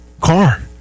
car